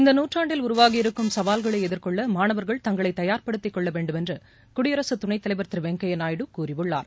இந்த நூற்றாண்டில் உருவாகியிருக்கும் சவால்களை எதிர்கொள்ள மாணவர்கள் தங்களை தயார்படுத்திக் கொள்ள வேண்டும் என்று குடியரசு துணைத்தலைவர் திரு வெங்கையா நாயுடு கூறியுள்ளார்